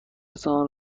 تان